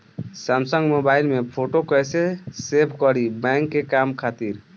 Samsung mobile में photo कैसे save करीं बैंक के काम खातिर?